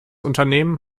unternehmen